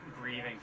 grieving